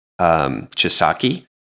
Chisaki